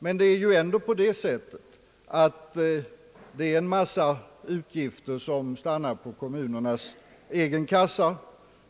Men det är ändå en mångfald utgifter som stannar på kommunernas egen kassa.